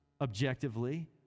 objectively